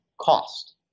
cost